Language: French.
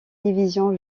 division